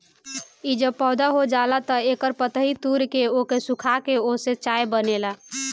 इ जब पौधा हो जाला तअ एकर पतइ तूर के ओके सुखा के ओसे चाय बनेला